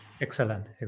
Excellent